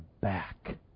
back